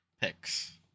picks